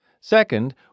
Second